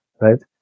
right